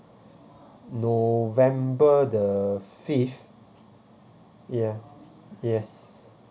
november the fifth ya yes